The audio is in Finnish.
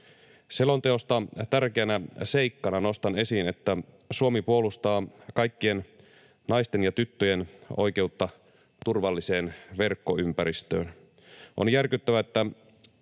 Selonteosta tärkeänä seikkana nostan esiin sen, että Suomi puolustaa kaikkien naisten ja tyttöjen oikeutta turvalliseen verkkoympäristöön. On järkyttävää, että